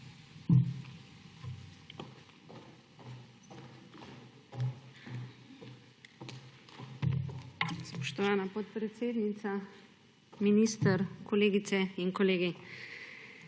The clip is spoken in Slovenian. Spoštovana podpredsednica, minister, kolegice in kolegi!